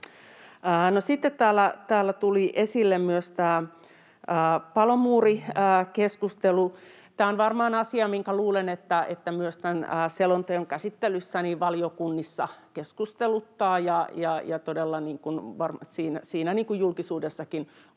Sitten täällä tuli esille myös palomuurikeskustelu. Tämä on varmaan asia, mikä luultavasti myös tämän selonteon käsittelyssä valiokunnissa keskusteluttaa. Ja niin kuin